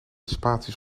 spaties